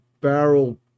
barrel